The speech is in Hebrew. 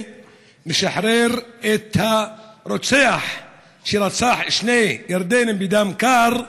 משחרר את הרוצח שרצח שני ירדנים בדם קר,